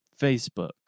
Facebook